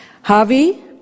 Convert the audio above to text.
Harvey